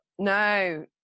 no